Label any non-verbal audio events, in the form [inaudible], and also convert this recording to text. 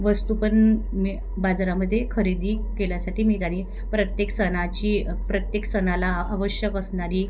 वस्तू पण मी बाजारामध्ये खरेदी केल्यासाठी [unintelligible] प्रत्येक सणाची प्रत्येक सणाला आवश्यक असणारी